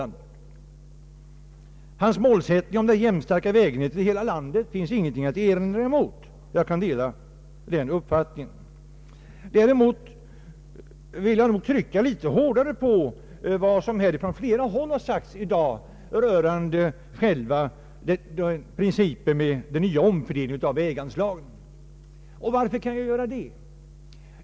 Statsrådets målsättning att skapa ett jämnstarkt vägnät för hela landet finns ingenting att erinra emot, och jag kan dela den uppfattningen. Däremot vill jag nog trycka litet hårdare på vad som här från flera håll sagts i dag rörande själva principen för den nya fördelningen av väganslagen. Varför kan jag göra det?